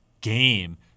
game